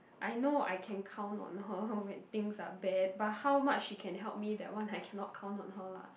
I know I can count on her when things are bad but how much she can help me that one I can't count on her lah